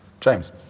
James